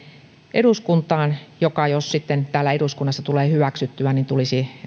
eduskuntaan rahankeräyslain uudistuksen joka jos se sitten täällä eduskunnassa tulee hyväksytyksi tulisi vuoden